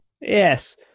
Yes